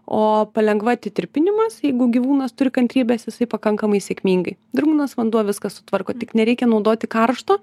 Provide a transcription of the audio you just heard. o palengva atitirpinimas jeigu gyvūnas turi kantrybės jisai pakankamai sėkmingai drungnas vanduo viską sutvarko tik nereikia naudoti karšto